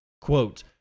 Quote